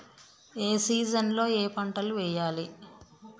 ఏ season లో ఏం పంటలు వెయ్యాలి?